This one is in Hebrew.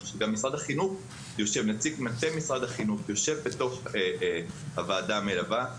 גם נציג משרד החינוך יושב בתוך הוועדה המלווה,